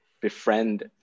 befriend